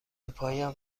پایم